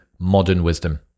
modernwisdom